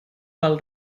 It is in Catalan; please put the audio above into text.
pel